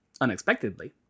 unexpectedly